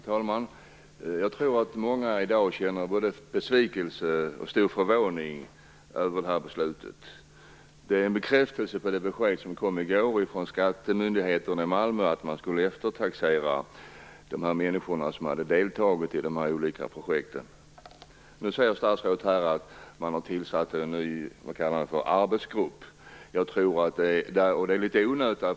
Herr talman! Jag tror att många i dag känner både besvikelse och förvåning över det här beslutet. Det är en bekräftelse på det besked som kom i går från skattemyndigheten i Malmö att man skulle eftertaxera de människor som deltagit i de här projekten. Statsrådet säger att man har tillsatt en ny arbetsgrupp. Det är litet onödigt.